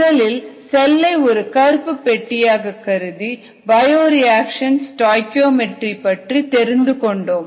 முதலில் செல்லை ஒரு கருப்பு பெட்டியாக கருதி பயோரியாக்சன் ஸ்டாஇகீஓமெட்ரி பற்றி தெரிந்துகொண்டோம்